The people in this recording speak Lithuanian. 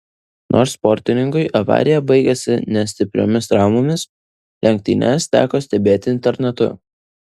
nors sportininkui avarija baigėsi ne stipriomis traumomis lenktynes teko stebėti internetu